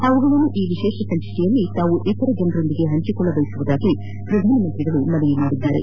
ಅವುಗಳನ್ನು ಈ ವಿಶೇಷ ಸಂಚಿಕೆಯಲ್ಲಿ ತಾವು ಇತರ ಜನರೊಂದಿಗೆ ಹಂಚಿಕೊಳ್ಳಬಯಸುವುದಾಗಿ ಪ್ರಧಾನಮಂತ್ರಿಗಳು ಮನವಿ ಮಾಡಿದ್ದಾರೆ